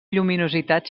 lluminositat